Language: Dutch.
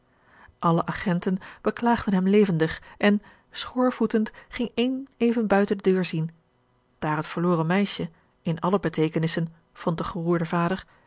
alle agenten beklaagden hem levendig en schoorvoetend ging één even buiten de deur zien daar het verloren meisje in alle beteekenissen vond de